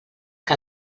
que